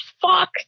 Fuck